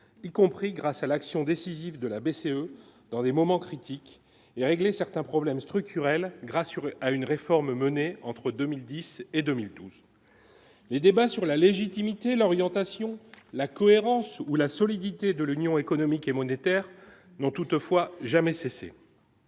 y compris grâce à l'action décisive de la BCE dans des moments critiques et régler certains problèmes structurels gras sur et à une réforme menée entre 2010 et 2012, les débats sur la légitimité, l'orientation, la cohérence ou la solidité de l'Union économique et monétaire n'ont toutefois jamais cessé.